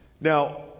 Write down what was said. Now